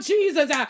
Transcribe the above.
Jesus